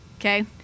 Okay